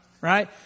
right